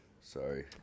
sorry